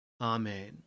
Amen